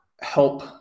help